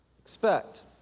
expect